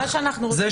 חברותיי,